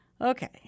Okay